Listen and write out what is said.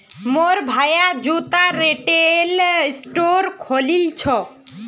मोर भाया जूतार रिटेल स्टोर खोलील छ